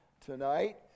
tonight